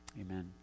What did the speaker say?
Amen